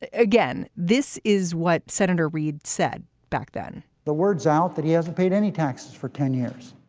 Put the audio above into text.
ah again, this is what senator reid said back then. the word's out that he hasn't paid any taxes for ten years.